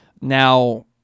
now